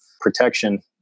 protection